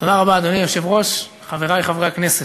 אדוני היושב-ראש, תודה רבה, חברי חברי הכנסת,